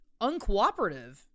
uncooperative